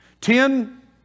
Ten